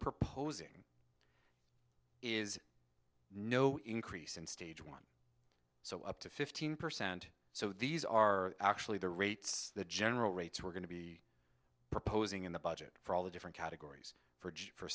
proposing is no increase in stage one so up to fifteen percent so these are actually the rates the general rates we're going to be proposing in the budget for all the different categories f